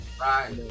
right